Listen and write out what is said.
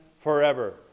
forever